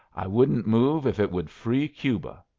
i wouldn't move if it would free cuba.